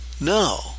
No